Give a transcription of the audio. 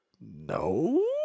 No